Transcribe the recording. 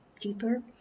deeper